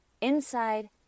inside